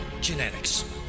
genetics